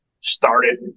started